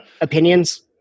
Opinions